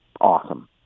awesome